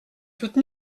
toute